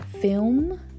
film